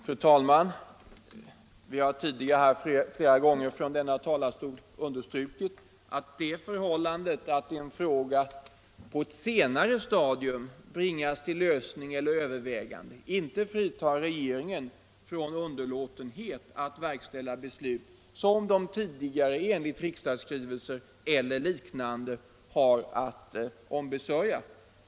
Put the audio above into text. Fru talman! Vi har tidigare flera gånger från kammarens talarstol understrukit att det förhållandet att en fråga på ett senare stadium bringas till lösning eller övervägande inte fritar regeringen från ansvar för underlåtenhet att verkställa beslut som den enligt tidigare riksdagsskrivelse haft att ombesörja.